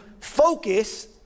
focus